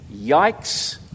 yikes